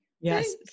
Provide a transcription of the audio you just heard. Yes